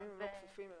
גם אם הם לא כפופים אליו.